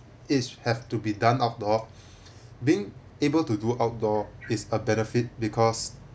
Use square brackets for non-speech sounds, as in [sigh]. it's have to be done outdoor [breath] being able to do outdoor is a benefit because